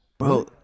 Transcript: Bro